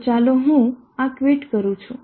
તો ચાલો હું આ quit કરું છું